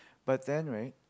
but then right